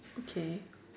okay